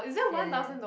ya ya ya